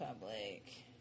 public